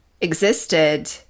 existed